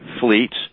fleets